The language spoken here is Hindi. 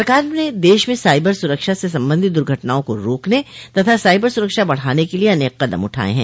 सरकार ने देश में साइबर सुरक्षा से संबंधित दुर्घटनाओं को रोकने तथा साइबर सुरक्षा बढ़ाने के लिए अनेक कदम उठाये हैं